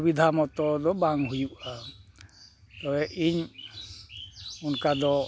ᱥᱩᱵᱤᱫᱷᱟ ᱢᱚᱛᱚᱫᱚ ᱵᱟᱝ ᱦᱩᱭᱩᱜᱼᱟ ᱤᱧ ᱚᱱᱠᱟᱫᱚ